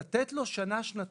לתת לו שנה-שנתיים